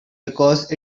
because